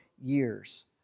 years